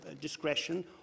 discretion